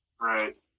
right